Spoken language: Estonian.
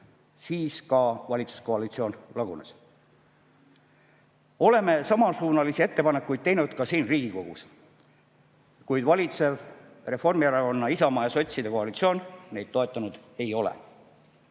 siis valitsuskoalitsioon lagunes. Oleme samasuunalisi ettepanekuid teinud ka siin Riigikogus, kuid valitsev Reformierakonna, Isamaa ja sotside koalitsioon neid toetanud ei ole.